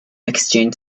exchanged